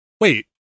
Wait